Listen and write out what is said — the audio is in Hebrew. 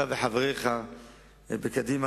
אתה וחבריך בקדימה,